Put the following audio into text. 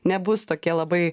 nebus tokie labai